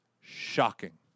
shocking